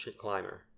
climber